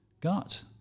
gut